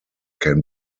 can